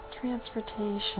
transportation